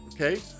Okay